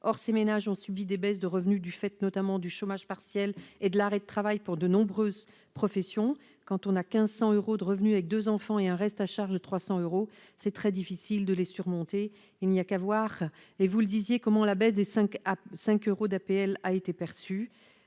Or ces ménages ont subi des baisses de revenus du fait notamment du chômage partiel et de l'arrêt de travail pour de nombreuses professions. Quand on a 1 500 euros de revenus avec deux enfants et un reste à charge de 300 euros, c'est très difficile. Il n'y a qu'à voir comment la baisse de 5 euros des APL a été perçue !